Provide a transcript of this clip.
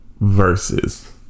Versus